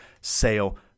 sale